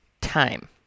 Time